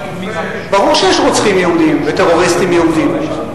ברור שיש רוצחים יהודים וטרוריסטים יהודים.